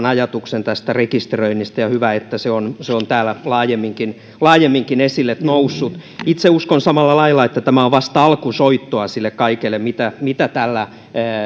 ajatuksen tästä rekisteröinnistä ja hyvä että se on se on täällä laajemminkin laajemminkin esille noussut itse uskon samalla lailla että tämä on vasta alkusoittoa sille kaikelle mitä mitä